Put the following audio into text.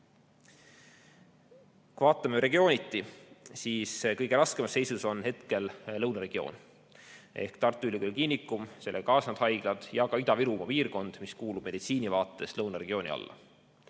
vaatame regiooniti, siis kõige raskemas seisus on hetkel lõunaregioon ehk Tartu Ülikooli Kliinikum ja sellega kaasnevad haiglad ning ka Ida-Virumaa piirkond, mis kuulub meditsiinivaates lõunaregiooni alla.